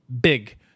Big